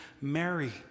Mary